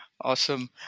awesome